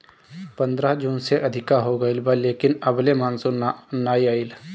पंद्रह जून से अधिका हो गईल बा लेकिन अबले मानसून नाइ आइल